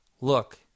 look